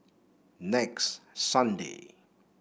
next Sunday